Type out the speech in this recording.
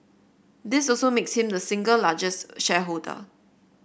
this also makes him the single largest shareholder